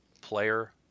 player